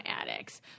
addicts